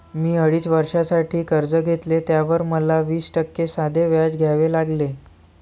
मी अडीच वर्षांसाठी कर्ज घेतले, त्यावर मला वीस टक्के साधे व्याज द्यावे लागले